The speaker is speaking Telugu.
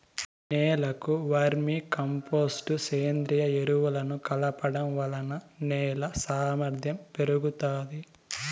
నేలకు వర్మీ కంపోస్టు, సేంద్రీయ ఎరువులను కలపడం వలన నేల సామర్ధ్యం పెరుగుతాది